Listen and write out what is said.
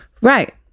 right